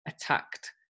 attacked